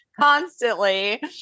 constantly